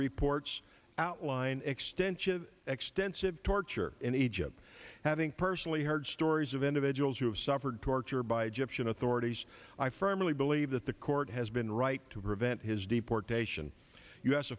reports outline extensive extensive torture in egypt having personally heard stories of individuals who have suffered torture by gyptian authorities i firmly believe that the court has been right to prevent his deportation u